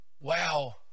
Wow